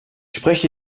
spreche